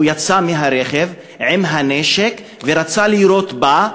הוא יצא מהרכב עם הנשק ורצה לירות בה,